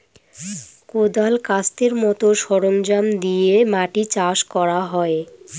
কোঁদাল, কাস্তের মতো সরঞ্জাম দিয়ে মাটি চাষ করা হয়